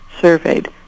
surveyed